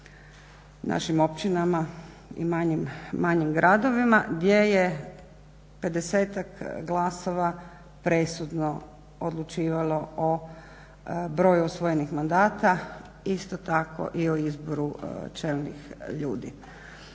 našim općinama i manjim gradovima gdje je 50-ak glasova presudno odlučivalo o broju osvojenih mandata isto tako i o izboru čelnih ljudi.